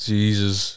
Jesus